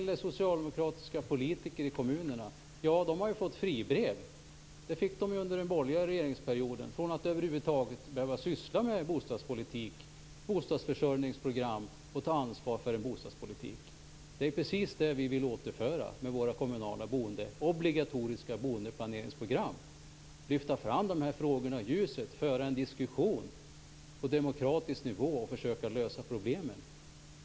De socialdemokratiska politikerna i kommunerna fick ju under den borgerliga regeringsperioden fribrev från att över huvud taget behöva syssla med bostadspolitik och bostadsförsörjningsprogram och ta ansvar för en bostadspolitik. Det är precis det vi vill återföra med våra obligatoriska kommunala bostadsplaneringsprogram. Vi vill lyfta fram dessa frågor i ljuset, föra en diskussion på demokratisk nivå och försöka lösa problemen.